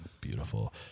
Beautiful